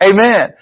Amen